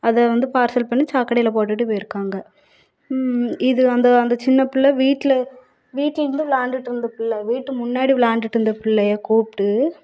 அதை வந்து பார்சல் பண்ணி சாக்கடையில் போட்டுவிட்டு போயிடுக்காங்க இது அந்த அந்த சின்னப்புள்ளை வீட்டில் வீட்டில் இருந்து விளாயாண்டுட்டு இருந்த புள்ளை வீட்டு முன்னாடி விளையாண்டுட்டு இருந்த புள்ளையை கூப்பிட்டு